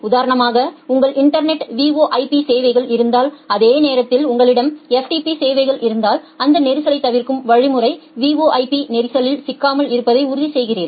உதாரணமாக உங்கள் இன்டர்நெட்டில் VoIP சேவைகள் இருந்தால் அதே நேரத்தில் உங்களிடம் சேவைகள் இருந்தால் இந்த நெரிசலைத் தவிர்க்கும் வழிமுறை VoIP நெரிசலில் சிக்காமல் இருப்பதை உறுதி செய்கிறது